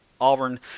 Auburn